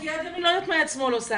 כי יד ימין לא יודעת מה יד שמאל עושה.